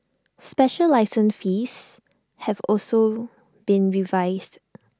special license fees have also been revised